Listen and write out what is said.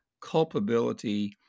culpability